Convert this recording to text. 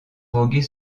voguer